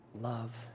love